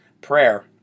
prayer